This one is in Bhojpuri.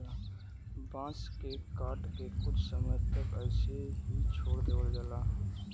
बांस के काट के कुछ समय तक ऐसे ही छोड़ देवल जाला